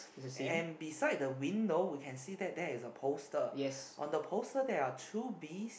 and beside the window we can see that there is the poster on the poster there are two bees